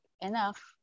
enough